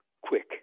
quick